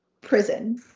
Prison